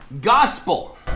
Gospel